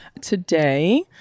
today